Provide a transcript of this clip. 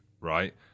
right